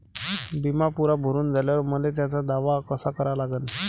बिमा पुरा भरून झाल्यावर मले त्याचा दावा कसा करा लागन?